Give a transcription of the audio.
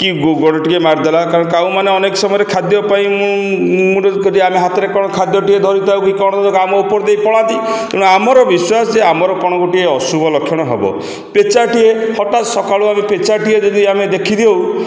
କି ଗୋଡ଼ ଟିକିଏ ମାରିଦେଲା କାରଣ କାଉମାନେ ଅନେକ ସମୟରେ ଖାଦ୍ୟ ପାଇଁ ଆମେ ହାତରେ କ'ଣ ଖାଦ୍ୟଟିକେ ଧରିଥାଉ କି କ'ଣ ଆମ ଉପରେ ଦେଇ ପଳାନ୍ତି ତେଣୁ ଆମର ବିଶ୍ୱାସ ଯେ ଆମର କ'ଣ ଗୋଟିଏ ଅଶୁଭ ଲକ୍ଷଣ ହେବ ପେଚାଟିଏ ହଠାତ୍ ସକାଳୁ ଆମେ ପେଚାଟିଏ ଯଦି ଆମେ ଦେଖିଦେଉ